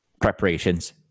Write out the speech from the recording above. preparations